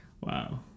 Wow